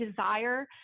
desire